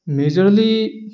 majorly